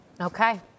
okay